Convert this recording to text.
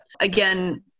again